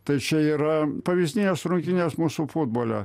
tai čia yra pavyzdinės rungtynės mūsų futbole